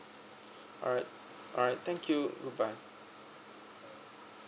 alright alright thank you goodbye